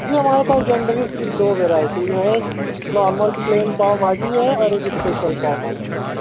جی ہمارے پاس جنرلی صرف دو ورائیٹی ہیں ایک نارمل پلین پاؤ بھاجی ہے اور ایک اسپیشل پاؤ بھاجی ہے